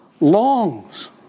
longs